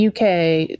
UK